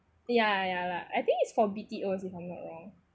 ya ya ya lah I think it's for B_T_O if I'm not wrong